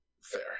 fair